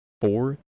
four